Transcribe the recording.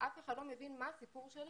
"אף אחד לא מבין מה הסיפור שלי",